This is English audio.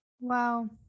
Wow